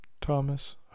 Thomas